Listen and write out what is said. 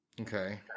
Okay